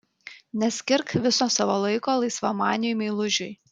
neskirk viso savo laiko laisvamaniui meilužiui